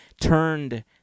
turned